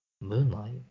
Moonlight